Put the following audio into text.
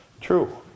True